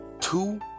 two